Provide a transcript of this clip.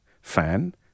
fan